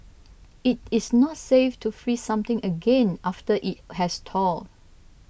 it is not safe to freeze something again after it has thawed